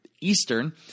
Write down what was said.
Eastern